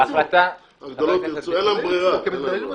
כי מדללים אותן.